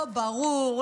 לא ברור,